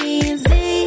easy